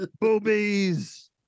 Boobies